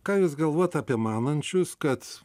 ką jūs galvojat apie manančius kad